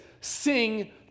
sing